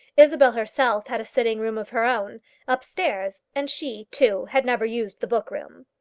isabel herself had a sitting-room of her own upstairs, and she, too, had never used the book-room.